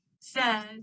says